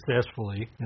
successfully